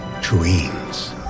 dreams